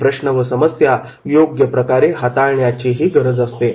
हे प्रश्न व समस्या योग्यप्रकारे हाताळण्याचीची गरज असते